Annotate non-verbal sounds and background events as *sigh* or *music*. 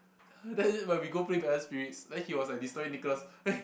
*noise* then is it when we go play Battle Spirits then he was like disturbing Nicholas eh